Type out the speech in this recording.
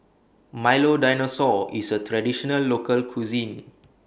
Milo Dinosaur IS A Traditional Local Cuisine